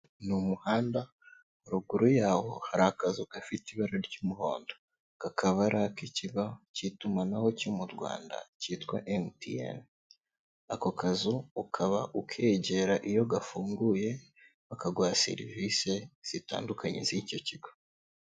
Ni umuhanda, ruguru yawo hari akazu gafite ibara ry'umuhondo kakaba ari ak'ikigo cy'itumanaho cyo mu Rwanda cyitwa MTN, ako kazu ukaba ukegera iyo gafunguye bakaguha serivise zitandukanye z'icyo kigo.